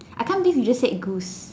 I can't believe you just said goose